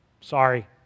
Sorry